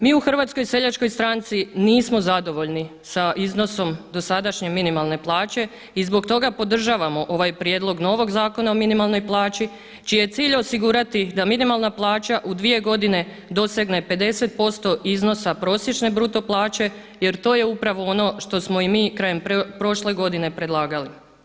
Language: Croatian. Mi u HSS-u nismo zadovoljni sa iznosom dosadašnje minimalne plaće i zbog toga podržavamo ovaj prijedlog novog Zakona o minimalnoj plaći čiji je cilj osigurati da minimalna plaća u dvije godine dosegne 50% iznosa prosječne bruto plaće jer to je upravo ono što smo i mi krajem prošle godine predlagali.